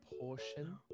Portion